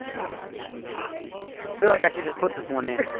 ah ah feel like i should just put this one in